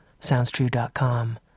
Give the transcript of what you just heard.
SoundsTrue.com